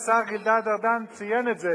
השר גלעד ארדן ציין את זה,